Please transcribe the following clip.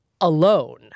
alone